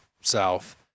south